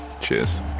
cheers